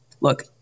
look